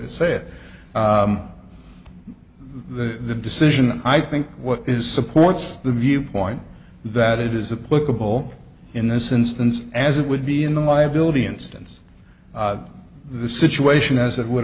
to say it the decision i think what is supports the viewpoint that it is a political in this instance as it would be in the liability instance the situation as it would